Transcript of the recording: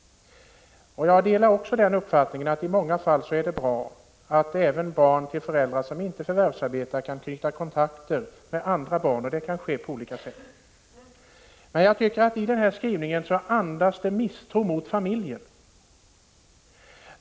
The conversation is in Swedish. Jag delar också uppfattningen att det i många fall är bra att även barn till föräldrar som inte förvärvsarbetar kan knyta kontakter med andra barn, och det kan ske på olika sätt. Men jag tycker att skrivningen i propositionen andas misstro mot familjen.